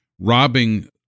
robbing